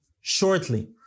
shortly